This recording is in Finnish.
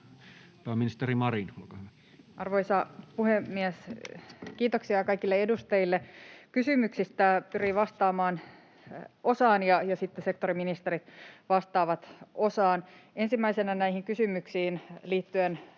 pääministeri Marin, olkaa hyvä. Arvoisa puhemies! Kiitoksia kaikille edustajille kysymyksistä. Pyrin vastaamaan osaan ja sitten sektoriministerit vastaavat osaan. Ensimmäisenä näihin kysymyksiin liittyen